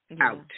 out